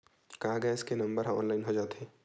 का गैस के नंबर ह ऑनलाइन हो जाथे?